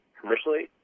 commercially